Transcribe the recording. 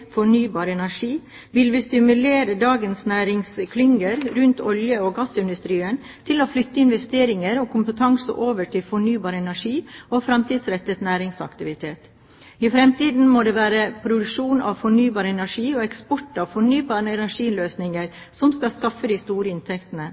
fornybar energi, vil vi stimulere dagens næringsklynger rundt olje- og gassindustrien til å flytte investeringer og kompetanse over til fornybar energi og fremtidsrettet næringsaktivitet. I fremtiden må det være produksjon av fornybar energi og eksport av fornybare energiløsninger